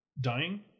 dying